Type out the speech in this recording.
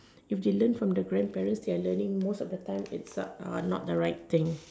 if they learn from the grandparents they are learning most of the time not the right thing